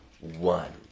one